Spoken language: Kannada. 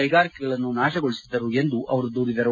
ಕೈಗಾರಿಕೆಗಳನ್ನು ನಾಶಗೊಳಿಸಿದ್ದರು ಎಂದು ದೂರಿದರು